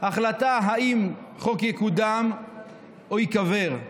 החלטה אם חוק יקודם או ייקבר,